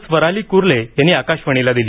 स्वराली कुर्ले यांनी आकाशवाणीला दिली